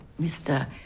Mr